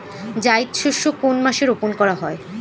জায়িদ শস্য কোন মাসে রোপণ করা হয়?